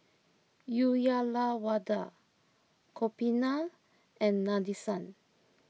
Uyyalawada Gopinath and Nadesan